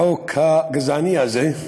החוק הגזעני הזה,